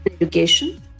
education